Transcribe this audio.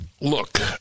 look